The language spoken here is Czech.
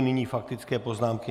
Nyní faktické poznámky.